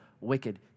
wicked